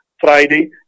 Friday